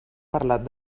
parlat